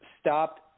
stopped